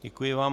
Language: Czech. Děkuji vám.